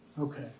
Okay